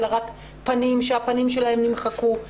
רק הפנים והפנים שלהן נמחקו.